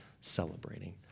celebrating